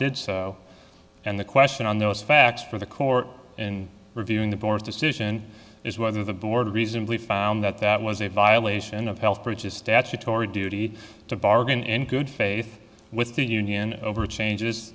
did so and the question on those facts by the court in reviewing the board's decision is whether the board reasonably found that that was a violation of health purchased statutory duty to bargain in good faith with the union over changes